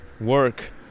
work